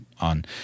on